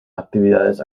actividades